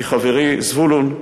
מחברי זבולון,